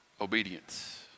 obedience